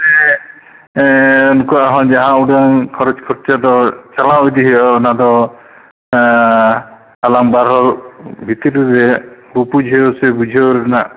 ᱩᱱᱠᱩᱣᱟᱜ ᱦᱚᱸ ᱡᱟ ᱩᱰᱟᱹᱝ ᱠᱷᱚᱨᱚᱪ ᱠᱷᱚᱨᱪᱟ ᱫᱚ ᱪᱟᱞᱟᱣ ᱤᱫᱤ ᱦᱩᱭᱩᱜᱼᱟ ᱚᱱᱟ ᱫᱚ ᱟᱞᱟᱝ ᱵᱟᱨ ᱦᱚᱲ ᱵᱷᱤᱛᱨᱤ ᱨᱮ ᱵᱩᱯᱩᱡᱷᱟᱹᱣ ᱥᱮ ᱵᱩᱡᱷᱟᱹᱣ ᱨᱮᱱᱟᱜ